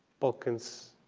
balkans,